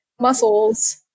muscles